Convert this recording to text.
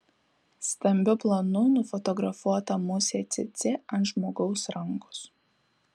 stambiu planu nufotografuota musė cėcė ant žmogaus rankos